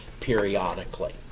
periodically